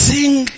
Sing